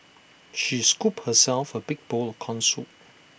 she scooped herself A big bowl of Corn Soup